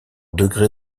degré